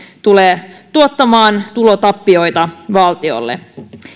tulee tuottamaan tulotappioita valtiolle